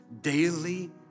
daily